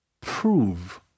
prove